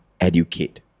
educate